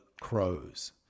crows